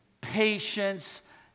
patience